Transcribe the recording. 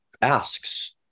asks